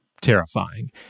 terrifying